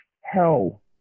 hell